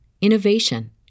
innovation